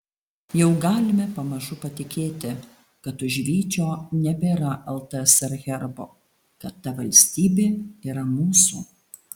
jau galime pamažu patikėti kad už vyčio nebėra ltsr herbo kad ta valstybė yra mūsų